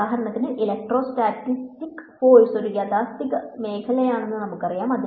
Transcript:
ഉദാഹരണത്തിന് electrostatic force ഒരു യാഥാസ്ഥിതിക മേഖലയാണെന്ന് നമുക്കറിയാം